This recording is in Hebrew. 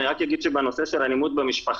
אני רק אגיד שבנושא של אלימות במשפחה,